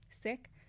sick